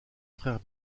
frères